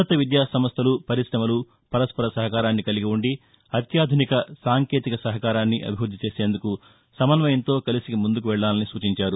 ఉన్నతవిద్యాసంస్థలు పరి్రమలు పరస్పర సహకారాన్ని కలిగి ఉండి అత్యాధునిక సాంకేతిక సహకారాన్ని అభివృద్ధి చేసేందుకు సమన్వయంతో కలసి ముందుకెళ్లలని సూచించారు